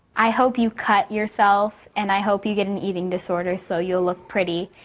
i hope you cut yourself and i hope you get an eating disorder. so you'll look pretty.